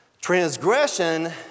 Transgression